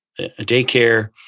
daycare